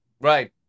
Right